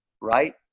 right